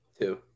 Two